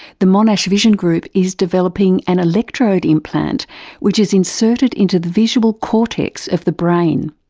the monash vision group is developing an electrode implant which is inserted into the visual cortex of the brain.